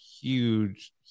huge